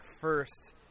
first